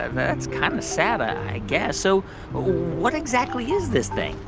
ah that's kind of sad, i guess. so what exactly is this thing?